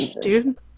dude